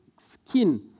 skin